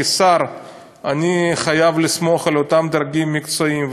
כשר אני חייב לסמוך על אותם דרגים מקצועיים.